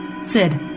Sid